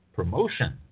promotion